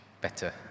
better